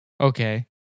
Okay